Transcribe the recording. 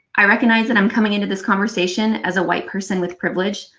i recognise that i'm coming into this conversation as a white person with privilege,